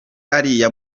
ariya